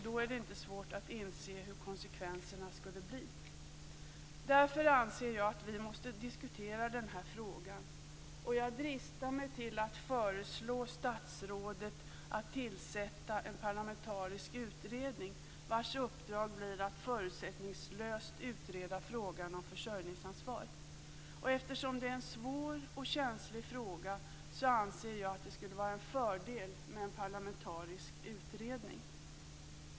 Det är inte svårt att inse hurdana konsekvenserna skulle bli. Därför anser jag att vi måste diskutera den här frågan. Jag dristar mig till att föreslå statsrådet att tillsätta en parlamentarisk utredning vars uppdrag blir att förutsättningslöst utreda frågan om försörjningsansvar. Eftersom det är en svår och känslig fråga anser jag att det skulle vara en fördel med en parlamentarisk utredning.